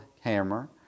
hammer